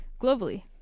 globally